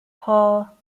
paul